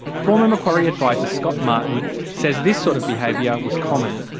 former macquarie adviser scott martin says this sort of behaviour was common.